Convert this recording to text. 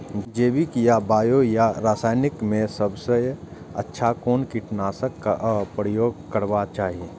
जैविक या बायो या रासायनिक में सबसँ अच्छा कोन कीटनाशक क प्रयोग करबाक चाही?